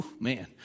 man